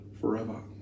forever